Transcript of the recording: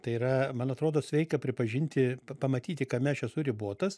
tai yra man atrodo sveika pripažinti pamatyti kame aš esu ribotas